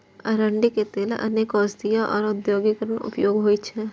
अरंडीक तेलक अनेक औषधीय आ औद्योगिक उपयोग होइ छै